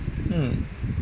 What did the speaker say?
mm